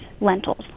lentils